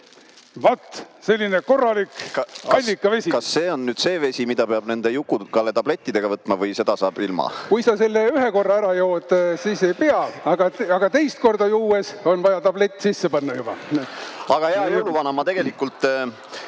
Vaat selline korralik allikavesi. Kas see on nüüd see vesi, mida peab nende Juku-Kalle tablettidega võtma või seda saab ilma? Kui sa selle ühe korra ära jood, siis ei pea, aga teist korda juues on vaja tablett sisse panna juba. Kui sa selle ühe korra